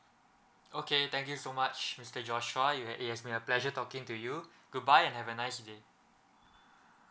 okay thank you so much mister joshua yes it's been a pleasure talking to you goodbye and have a nice day